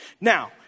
Now